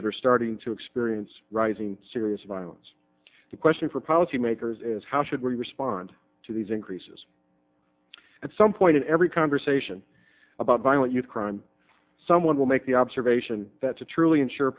that are starting to experience rising serious violence the question for policymakers is how should we respond to these increases at some point in every conversation about violent youth crime someone will make the observation that to truly ensure